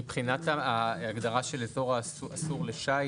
מבחינת ההגדרה של "אזור האסור לשיט",